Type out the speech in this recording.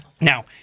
Now